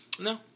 No